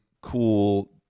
cool